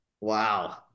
wow